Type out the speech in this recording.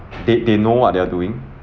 they they know what they're doing